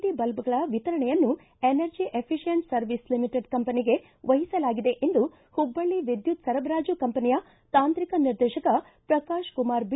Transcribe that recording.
D ಬಲ್ಲಗಳ ವಿತರಣೆಯನ್ನು Energy Efficient Service Limited ಕಂಪನಿಗೆ ವಹಿಸಲಾಗಿದೆ ಎಂದು ಹುಬ್ಬಳ್ಳ ವಿದ್ಯುತ್ ಸರಬರಾಜು ಕಂಪನಿಯ ತಾಂತ್ರಿಕ ನಿರ್ದೇಶಕ ಪ್ರಕಾಶ ಕುಮಾರ ಬಿ